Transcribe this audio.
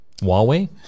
huawei